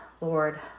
Lord